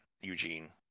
Eugene